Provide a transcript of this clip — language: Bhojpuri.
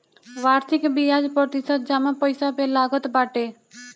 वार्षिक बियाज प्रतिशत जमा पईसा पे लागत बाटे